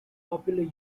popular